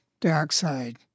dioxide